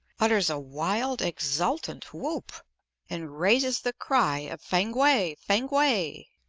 utters a wild, exultant whoop and raises the cry of fankwae. fankwae.